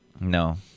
No